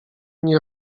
nie